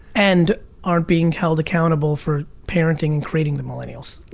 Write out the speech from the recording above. and are being held accountable for parenting and creating the millennials.